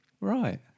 Right